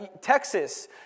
Texas